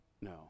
no